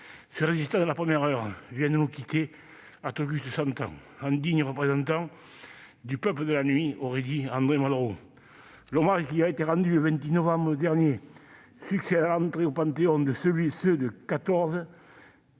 Ce résistant de la première heure vient de nous quitter, à tout juste cent ans, en digne représentant du « peuple de la nuit », aurait dit André Malraux. L'hommage qui lui a été rendu le 26 novembre dernier succède à l'entrée au Panthéon de « ceux de 14 »